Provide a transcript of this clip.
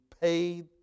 paid